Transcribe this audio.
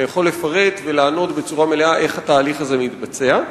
אתה יכול לפרט ולענות בצורה מלאה איך התהליך הזה מתבצע.